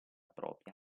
propria